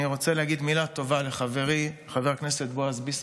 אני רוצה להגיד מילה טובה לחברי חבר הכנסת בועז ביסמוט,